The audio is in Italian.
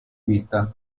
vita